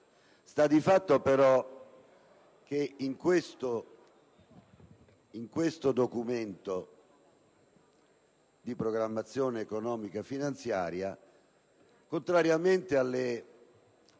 Sta di fatto, però, che in questo Documento di programmazione economico-finanziaria, contrariamente